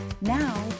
Now